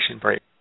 break